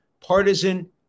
Partisan